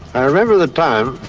i remember the time,